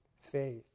faith